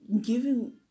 Giving